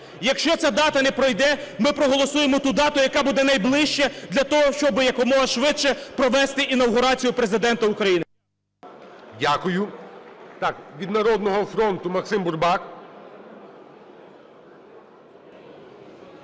Якщо ця дата не пройде, ми проголосуємо ту дату, яка буде найближча, для того щоби якомога швидше провести інавгурацію Президента України. ГОЛОВУЮЧИЙ. Дякую. Так, від "Народного фронту" – Максим Бурбак.